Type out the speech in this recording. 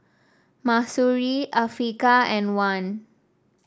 Mahsuri Afiqah and Wan